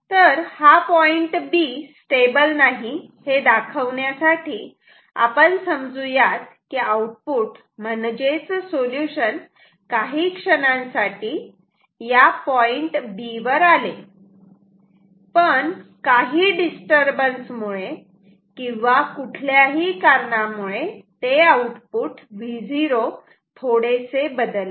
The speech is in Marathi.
तेव्हा हा पॉईंट B स्टेबल नाही हे दाखवण्यासाठी आपण समजू यात की आउटपुट म्हणजेच सोल्युशन काही क्षणांसाठी ह्या पॉईंट B वर आले पण काही डिस्टर्बन्स मुळे किंवा कुठल्याही कारणामुळे ते आउटपुट Vo थोडेसे बदलले